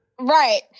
Right